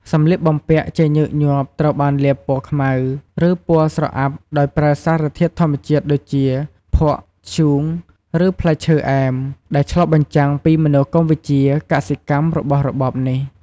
សម្លៀកបំពាក់ជាញឹកញាប់ត្រូវបានលាបពណ៌ខ្មៅ ឬពណ៌ស្រអាប់ដោយប្រើសារធាតុធម្មជាតិដូចជា ភក់ ធ្យូង ឬផ្លែឈើអែម ដែលឆ្លុះបញ្ចាំងពីមនោគមវិជ្ជាកសិកម្មរបស់របបនេះ។